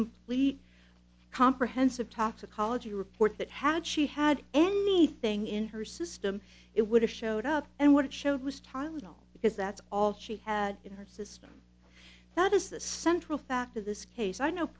complete comprehensive toxicology report that had she had anything in her system it would have showed up and what it showed was tylenol because that's all she had in her system that is the central fact of this case i know